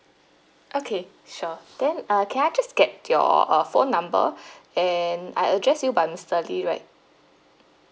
okay sure then uh can I just get your uh phone number and I address you by mister lee right